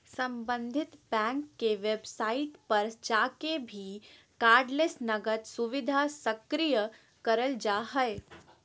सम्बंधित बैंक के वेबसाइट पर जाके भी कार्डलेस नकद सुविधा सक्रिय करल जा हय